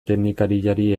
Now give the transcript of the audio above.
teknikariari